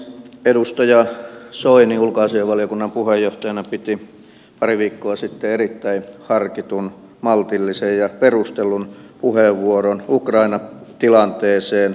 edustaja soini ulkoasiainvaliokunnan puheenjohtajana piti pari viikkoa sitten erittäin harkitun maltillisen ja perustellun puheenvuoron ukraina tilanteeseen liittyen